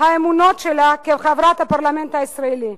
האמונות שלה כחברת הפרלמנט הישראלי.